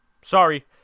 sorry